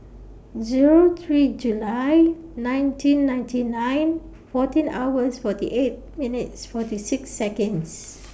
Zero three July nineteen ninety nine fourteen hours forty eight minutes forty six Seconds